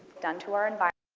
done to our and but